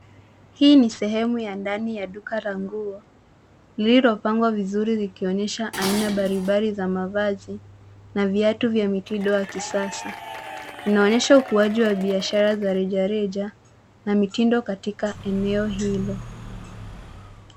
Hii ni sehemu ya ndani ya duka la nguo lililopangwa vizuri likionyesha aina mbalimbali za mavazi na viatu vya mitindo ya kisasa. Linaonyesha ukuaji wa biashara za reja reja na mitindo katika eneo hilo.